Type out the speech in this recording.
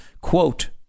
Quote